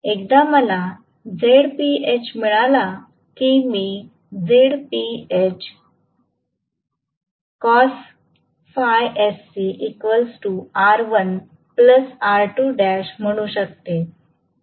एकदा मला Zph मिळालं की मी म्हणू शकते